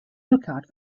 lookout